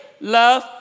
Love